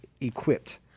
equipped